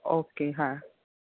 okay હા